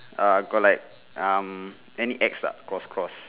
ah got like um any X lah cross cross